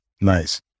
nice